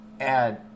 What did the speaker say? add